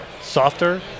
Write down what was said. softer